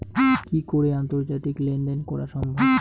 কি করে আন্তর্জাতিক লেনদেন করা সম্ভব?